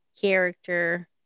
character